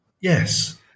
Yes